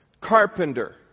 Carpenter